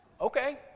okay